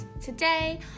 Today